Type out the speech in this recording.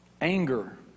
Anger